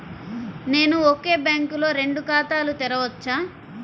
నేను ఒకే బ్యాంకులో రెండు ఖాతాలు తెరవవచ్చా?